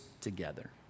together